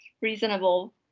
reasonable